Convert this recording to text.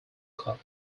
cup